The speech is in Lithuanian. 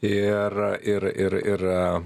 ir ir ir ir